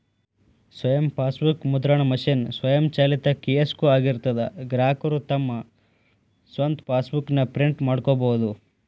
ಸ್ವಯಂ ಫಾಸ್ಬೂಕ್ ಮುದ್ರಣ ಮಷೇನ್ ಸ್ವಯಂಚಾಲಿತ ಕಿಯೋಸ್ಕೊ ಆಗಿರ್ತದಾ ಗ್ರಾಹಕರು ತಮ್ ಸ್ವಂತ್ ಫಾಸ್ಬೂಕ್ ನ ಪ್ರಿಂಟ್ ಮಾಡ್ಕೊಬೋದು